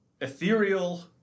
ethereal